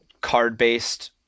card-based